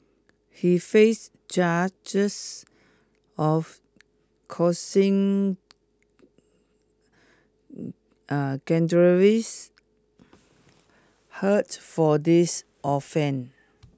he faced charges of causing dangerous hurt for these offend